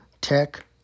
tech